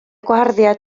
gwaharddiad